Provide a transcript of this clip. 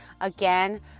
Again